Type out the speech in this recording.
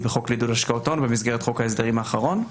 בחוק לעידוד השקעות הון במסגרת חוק ההסדרים האחרון.